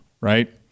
right